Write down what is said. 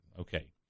Okay